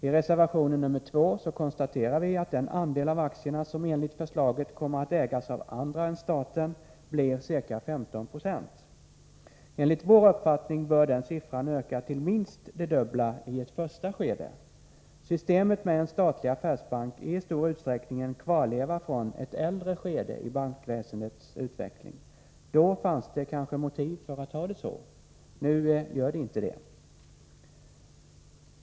I reservation 2 konstaterar vi att den andel av aktierna som enligt förslaget kommer att ägas av andra än staten blir ca 15 96. Enligt vår uppfattning bör den siffran öka till minst det dubbla i ett första skede. Systemet med en statlig affärsbank är i stor utsträckning en kvarleva från ett tidigare skede i bankväsendets utveckling. Då fanns det kanske motiv för en sådan ordning. Nu finns inga sådana motiv.